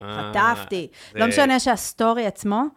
חטפתי. לא משנה שהסטורי עצמו.